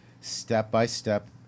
step-by-step